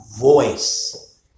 voice